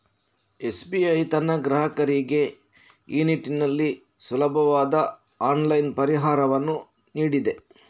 SBI ತನ್ನ ಗ್ರಾಹಕರಿಗೆ ಈ ನಿಟ್ಟಿನಲ್ಲಿ ಸುಲಭವಾದ ಆನ್ಲೈನ್ ಪರಿಹಾರವನ್ನು ನೀಡಿದೆ